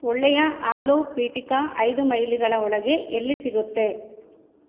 ಒಳ್ಳೆಯ ಆಲೂ ಪಿಟಿಕಾ ಐದು ಮೈಲಿಗಳ ಒಳಗೆ ಎಲ್ಲಿ ಸಿಗುತ್ತೆ